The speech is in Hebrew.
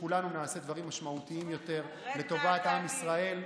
כולנו נעשה דברים משמעותיים יותר לטובת עם ישראל.